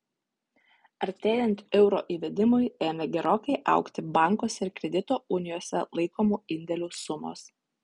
artėjant euro įvedimui ėmė gerokai augti bankuose ir kredito unijose laikomų indėlių sumos